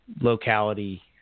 locality